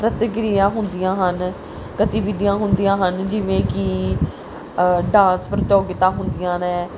ਪ੍ਰਤੀਕਿਰਿਆਂ ਹੁੰਦੀਆਂ ਹਨ ਗਤੀਵਿਧੀਆਂ ਹੁੰਦੀਆਂ ਹਨ ਜਿਵੇਂ ਕਿ ਡਾਂਸ ਪ੍ਰਤਿਯੋਗਤਾ ਹੁੰਦੀਆਂ ਨੇ